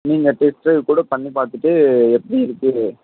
நீங்கள் test drive கூட பண்ணிப் பார்த்துட்டு எப்படி இருக்குது